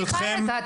אני חיה את זה.